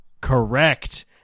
correct